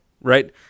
right